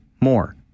more